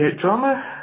drama